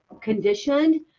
conditioned